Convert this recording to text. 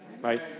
right